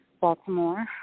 Baltimore